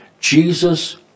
Jesus